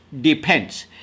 depends